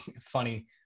funny